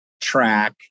track